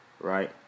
right